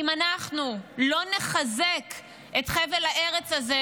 אם אנחנו לא נחזק את חבל הארץ הזה,